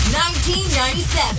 1997